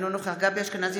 אינו נוכח גבי אשכנזי,